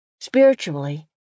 Spiritually